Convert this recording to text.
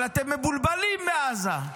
אבל אתם מבולבלים בעזה,